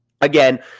again